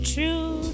True